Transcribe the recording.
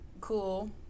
cool